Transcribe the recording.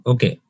Okay